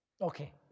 Okay